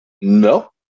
no